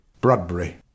Bradbury